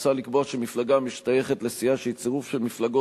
מוצע לקבוע שמפלגה המשתייכת לסיעה שהיא צירוף של מפלגות,